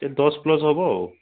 ସିଏ ଦଶ ପ୍ଲସ୍ ହବ ଆଉ